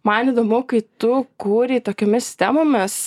man įdomu kai tu kūrei tokiomis temomis